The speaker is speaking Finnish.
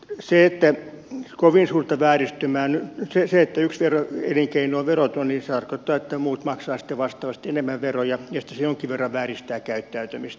se että yksi elinkeino on veroton tarkoittaa että muut maksavat sitten vastaavasti enemmän veroja ja sitten se jonkin verran vääristää käyttäytymistä